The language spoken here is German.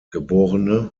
geb